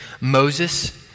Moses